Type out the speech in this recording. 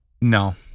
No